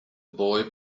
boy